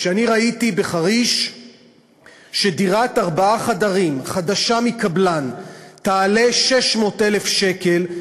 כשאני ראיתי בחריש שדירת ארבעה חדרים חדשה מקבלן תעלה 600,000 שקל,